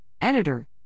editor